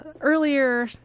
earlier